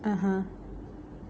(uh huh)